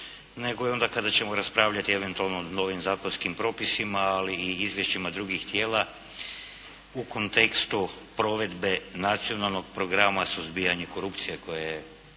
nego i onda kada ćemo raspravljati eventualno o novim zakonskim propisima ali i o izvješćima drugih tijela u kontekstu provedbe Nacionalnog programa o suzbijanja korupcije koji je